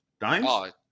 Dimes